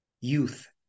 youth